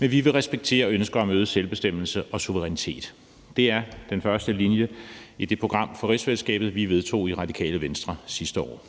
men vil respektere ønsker om øget selvbestemmelse og suverænitet.« Det er den første linje i det program for rigsfællesskabet, vi vedtog i Radikale Venstre sidste år.